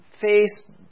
face